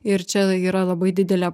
ir čia yra labai didelė